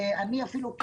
אפילו אני,